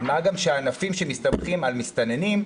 מה גם שהענפים שמסתמכים על מסתננים,